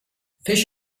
fish